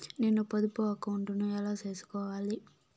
నేను పొదుపు అకౌంటు ను ఎలా సేసుకోవాలి?